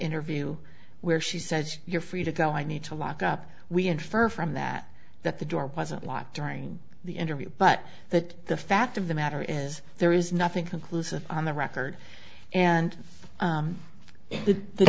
interview where she says you're free to go i need to lock up we infer from that that the door wasn't walk during the interview but that the fact of the matter is there is nothing conclusive on the record and did the